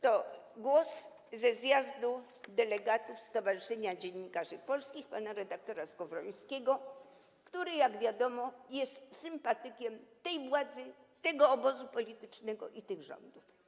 To głos ze Zjazdu Delegatów Stowarzyszenia Dziennikarzy Polskich, pana red. Skowrońskiego, który - jak wiadomo - jest sympatykiem tej władzy, tego obozu politycznego i tych rządów.